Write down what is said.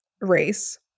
race